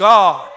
God